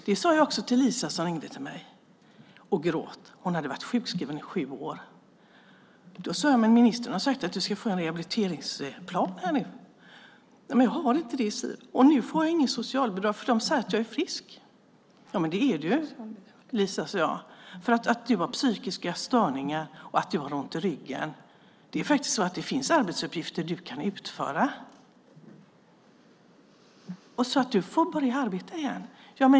Det sade jag också till Lisa som ringde till mig och grät. Hon hade varit sjukskriven i sju år. Då sade jag: Ministern har sagt att du ska få en rehabiliteringsplan. Jag har inte det, Siw, och nu får jag inte något socialbidrag för de säger att jag är frisk. Det är du ju Lisa, sade jag. Även om du har psykiska störningar och ont i ryggen finns det arbetsuppgifter som du kan utföra. Du får börja arbeta igen.